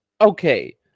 okay